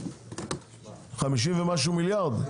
50 ומשהו מיליארד?